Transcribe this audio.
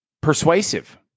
persuasive